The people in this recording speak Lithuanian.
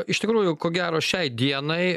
iš tikrųjų ko gero šiai dienai